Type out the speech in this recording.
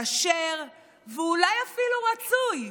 כשר ואולי אפילו רצוי.